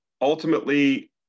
ultimately